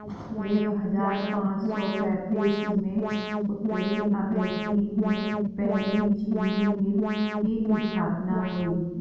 एक हजार पाँच सौ पैतीस में उत्तरी अमेरिकी में पहली चीनी मिल की स्थापना हुई